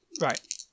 Right